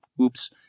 Oops